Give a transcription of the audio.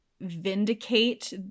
vindicate